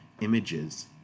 images